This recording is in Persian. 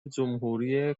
جمهوری